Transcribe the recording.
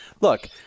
look